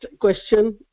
question